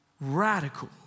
radical